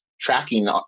tracking